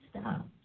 Stop